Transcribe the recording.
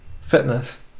Fitness